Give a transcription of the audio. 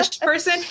person